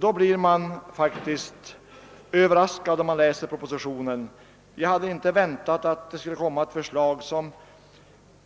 Därför blir man faktiskt överraskad när man läser propositionen. Man hade inte väntat att det skulle komma ett förslag som